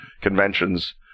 conventions